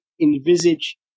envisage